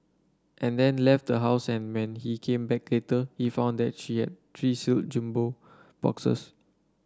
and then left the house and when he came back later he found that she had three sealed jumbo boxes